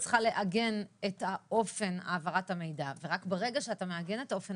צריכה לעגן את אופן העברת המידע ורק ברגע שאתה מעגן את אופן